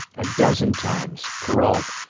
a dozen times, perrault,